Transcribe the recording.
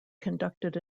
conducted